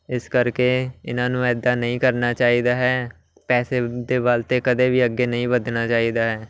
ਇਸ ਕਰਕੇ ਇਹਨਾਂ ਨੂੰ ਇੱਦਾਂ ਨਹੀਂ ਕਰਨਾ ਚਾਹੀਦਾ ਹੈ ਪੈਸੇ ਦੇ ਬਲ 'ਤੇ ਕਦੇ ਵੀ ਅੱਗੇ ਨਹੀਂ ਵਧਣਾ ਚਾਹੀਦਾ ਹੈ